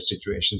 situation